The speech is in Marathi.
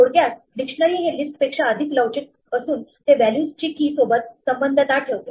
थोडक्यात डिक्शनरी हे लिस्ट पेक्षा अधिक लवचिक असून ते व्हॅल्यूज ची key सोबत संबद्धता ठेवते